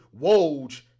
Woj